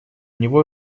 него